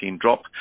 drop